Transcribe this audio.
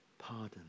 Pardon